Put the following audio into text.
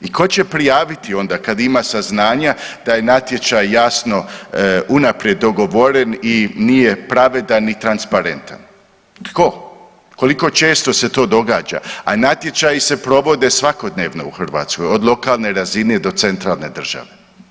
I ko će prijaviti onda kad ima saznanja da je natječaj jasno unaprijed dogovoren i nije pravedan ni transparentan, tko, koliko često se to događa, a natječaji se provode svakodnevno u Hrvatskoj, od lokalne razine do centralne države.